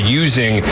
using